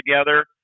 together